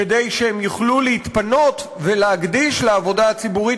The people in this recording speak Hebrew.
כדי שהם יוכלו להתפנות ולהקדיש לעבודה הציבורית